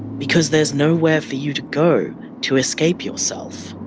because there's nowherefor you to go to escape yourself.